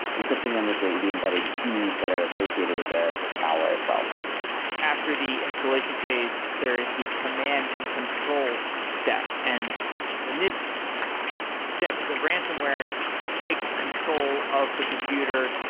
encrypting them with the the embedded keys that are associated with the with the malware itself after the installation phase, there is the command and control step. and in this step, the ransonware takes control of the computer.